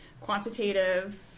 quantitative